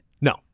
No